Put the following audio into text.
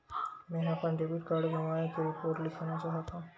मेंहा अपन debit card गवाए के रिपोर्ट लिखना चाहत हव